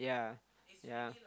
yeah yeah